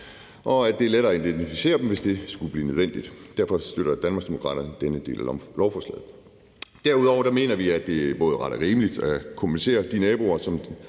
og at det er let at identificere dem, hvis det skulle blive nødvendigt. Derfor støtter Danmarksdemokraterne denne del af lovforslaget. Derudover mener vi, at det både er ret og rimeligt at kompensere de naboer,